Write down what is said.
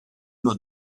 nur